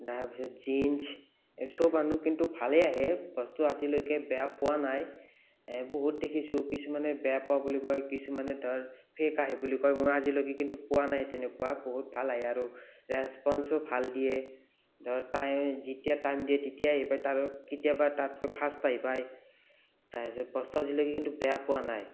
তাৰপাছত জিনচ্ চব আনোঁ কিন্তু ভালে আহে বস্তু আজিলৈকে বেয়া পোৱা নাই বহুত দেখিছোঁ কিছুমানে বেয়া পোৱা বুলি কয় কিছুমানে ধৰ ফেক আহে বুলি কয় মই আজিলৈকে কিন্তু পোৱা নাই তেনেকুৱা বহুত ভাল আহে আৰু ৰেছপঞ্চো ভাল দিয়ে ধৰ যেতিয়া টাইম দিয়ে তেতিয়াই আহি পায় কেতিয়াবা ফাষ্ট আহি পায় তাৰপিছত বস্তু আজিলৈকে কিন্তু বেয়া পোৱা নাই